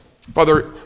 Father